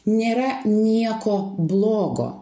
nėra nieko blogo